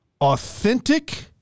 authentic